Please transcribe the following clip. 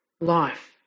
life